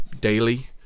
daily